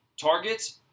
targets